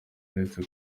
uretse